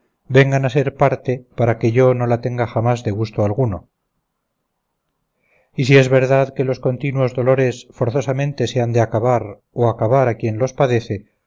vengan a ser parte para que yo no la tenga jamás de gusto alguno y si es verdad que los continuos dolores forzosamente se han de acabar o acabar a quien los padece